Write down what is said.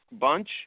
bunch